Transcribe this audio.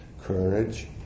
courage